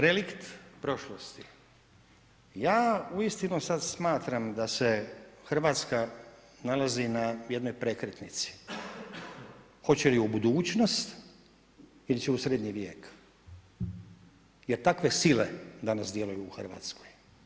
Relikt prošlosti, ja uistinu sad smatram da se Hrvatska nalazi na jednoj prekretnici, hoće li u budućnost ili će u srednji vijek jer takve sile danas djeluju u Hrvatskoj.